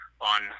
on